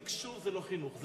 תקשוב זה לא חינוך.